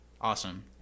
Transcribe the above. Awesome